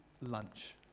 lunch